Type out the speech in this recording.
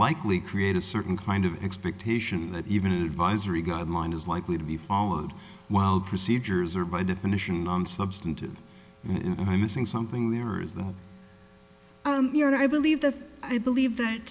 likely create a certain kind of expectation that even advisory god mine is likely to be followed while the procedures are by definition non substantive i'm missing something there is the year i believe that i believe that